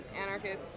anarchist